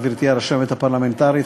גברתי הרשמת הפרלמנטרית,